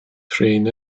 prin